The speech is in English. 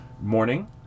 morning